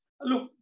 Look